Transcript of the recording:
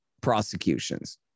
prosecutions